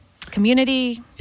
community